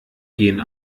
gehen